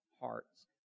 hearts